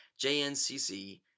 JNCC